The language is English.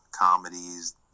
comedies